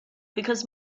because